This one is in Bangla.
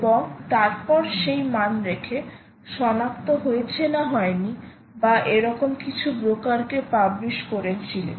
এবং তারপর সেই মান রেখে সনাক্ত হয়েছে না হয়নি বা এরকম কিছু ব্রোকারকে পাবলিশ করেছিলে